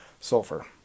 Sulfur